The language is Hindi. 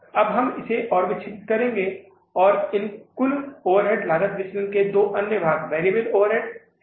अब हम इसे और विच्छेदित करेंगे और इन कुल ओवरहेड लागत विचलन के दो अन्य भाग वैरिएबल ओवरहेड हैं